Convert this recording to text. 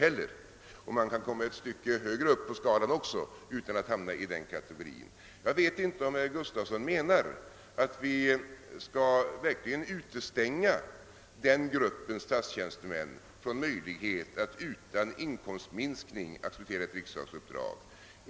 Man kan också komma ett stycke högre på skalan utan att hamna i den kategorin. Jag vet inte om herr Gustavsson menar att vi verkligen skall utestänga den gruppen tjänstemän från möjligheten att utan inkomstminskning acceptera ett riksdagsuppdrag.